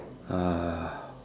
uh